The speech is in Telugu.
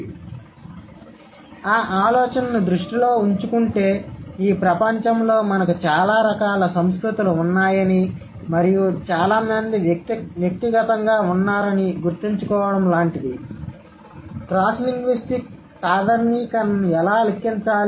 కాబట్టి ఆ ఆలోచనను దృష్టిలో ఉంచుకుంటే ఈ ప్రపంచంలో మనకు చాలా రకాల సంస్కృతులు ఉన్నాయని మరియు చాలా మంది వ్యక్తిగతంగా ఉన్నారని గుర్తుంచుకోవడం లాంటిది కాబట్టి క్రాస్ లింగ్విస్టిక్ సాధారణీకరణను ఎలా లెక్కించాలి